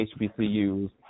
hbcus